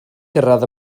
cyrraedd